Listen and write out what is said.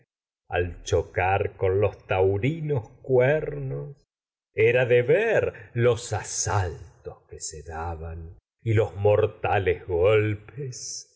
ver chocar con taurinos era de los asaltos que se daban y y los mortales golpes